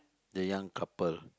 the young couple